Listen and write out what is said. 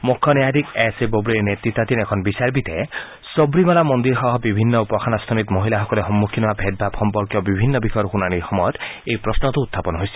মুখ্য ন্যায়াধীশ S A Bobde নেতৃতাধীন এখন বিচাৰপীঠে সৱিমালা মন্দিৰসহ বিভিন্ন উপাসনাস্থলীত মহিলাসকলে সন্মুখীন হোৱা ভেদ ভাৱ সম্পৰ্কীয় বিভিন্ন বিষয়ৰ শুনানীৰ সময়ত এই প্ৰশ্নটো উখাপন হৈছিল